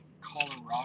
Colorado